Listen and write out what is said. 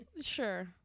Sure